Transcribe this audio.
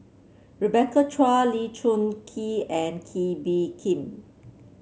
Rebecca Chua Lee Choon Kee and Kee Bee Khim